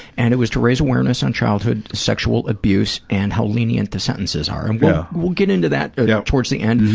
and it was to raise awareness on childhood sexual abuse and how lenient the sentences are and we'll, we'll get into that yeah towards the end,